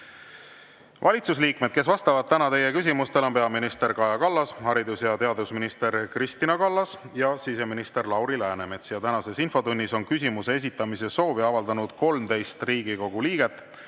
Valitsusliikmed, kes vastavad täna teie küsimustele, on peaminister Kaja Kallas, haridus‑ ja teadusminister Kristina Kallas ja siseminister Lauri Läänemets. Tänases infotunnis on küsimuse esitamise soovi avaldanud 13 Riigikogu liiget.